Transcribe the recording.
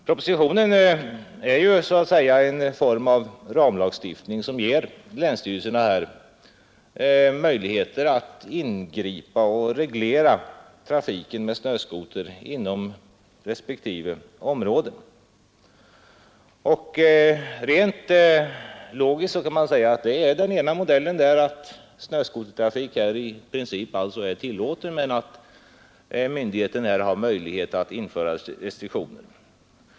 Propositionen föreslår en ramlagstiftning som ger länsstyrelserna möjligheter att ingripa och reglera trafiken med snöskoter inom respektive område. Rent logiskt kan man säga att snöskotertrafik med denna lagstiftning blir i princip tillåten men att myndigheterna har möjlighet att införa restriktioner.